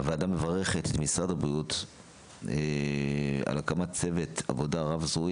הוועדה מברכת את משרד הבריאות על הקמת צוות עבודה רב זרועי